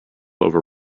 over